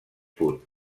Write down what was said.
punt